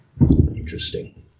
Interesting